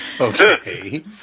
Okay